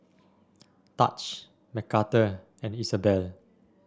Tahj Mcarthur and Isabell